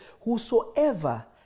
whosoever